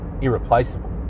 irreplaceable